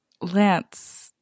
Lance